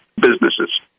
businesses